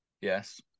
Yes